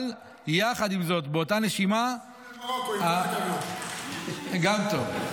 אבל יחד עם זאת, באותה נשימה, למרוקו, גם טוב.